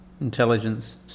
intelligence